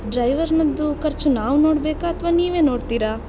ಡ್ರೈವರ್ನದ್ದು ಖರ್ಚು ನಾವು ನೋಡಬೇಕಾ ಅಥವಾ ನೀವೇ ನೋಡ್ತೀರಾ